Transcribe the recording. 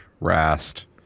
Rast